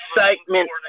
excitement